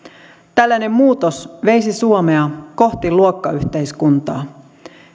tällainen muutos veisi suomea kohti luokkayhteiskuntaa